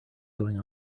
going